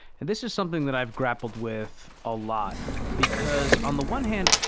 and this is something that i've grappled with a lot because on the one hand,